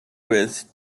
with